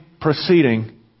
proceeding